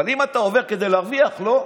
אבל אם אתה עובר כדי להרוויח, לא.